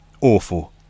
awful